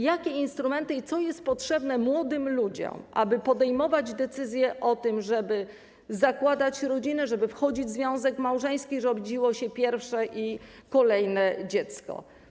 Jakie instrumenty są potrzebne i co jest potrzebne młodym ludziom, aby podejmować decyzje o tym, żeby zakładać rodzinę, żeby wchodzić w związek małżeński, żeby urodziło się pierwsze i kolejne dziecko?